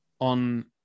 on